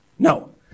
No